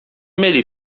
myli